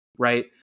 Right